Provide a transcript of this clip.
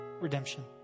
redemption